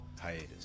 hiatus